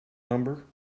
number